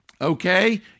okay